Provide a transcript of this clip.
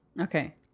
Okay